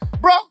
Bro